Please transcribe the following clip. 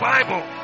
Bible